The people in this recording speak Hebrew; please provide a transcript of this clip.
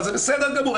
אבל זה בסדר גמור,